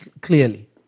clearly